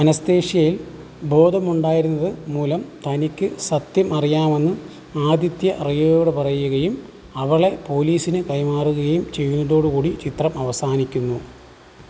അനസ്തേഷ്യയിൽ ബോധമുണ്ടായിരുന്നത് മൂലം തനിക്ക് സത്യം അറിയാമെന്ന് ആദിത്യ റിയയോട് പറയുകയും അവളെ പോലീസിന് കൈമാറുകയും ചെയ്യുന്നതോടു കൂടി ചിത്രം അവസാനിക്കുന്നു